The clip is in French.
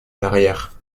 l’arrière